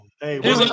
hey